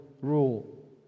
rule